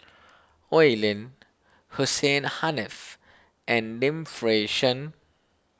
Oi Lin Hussein Haniff and Lim Fei Shen